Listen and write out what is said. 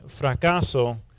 fracaso